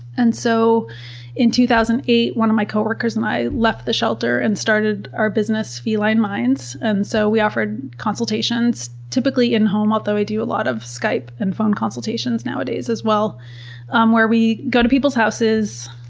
and so in two thousand and eight, one of my coworkers and i left the shelter and started our business feline minds. and so we offered consultations, typically in home, although we do a lot of skype and phone consultations nowadays as well um where we go to people's houses,